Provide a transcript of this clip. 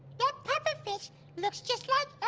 yeah puffer fish looks just yeah